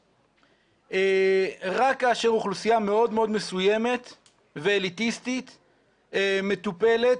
רק כאשר אוכלוסייה מאוד מאוד מסוימת ואליטיסטית מטופלת,